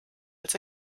als